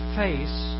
face